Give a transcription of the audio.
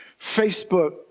Facebook